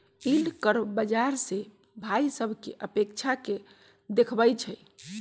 yield curve बाजार से भाइ सभकें अपेक्षा के देखबइ छइ